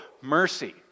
mercy